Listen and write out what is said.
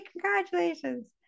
congratulations